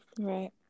Right